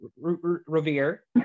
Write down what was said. Revere